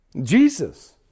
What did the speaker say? Jesus